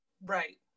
Right